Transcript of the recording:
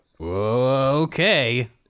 okay